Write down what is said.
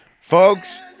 Folks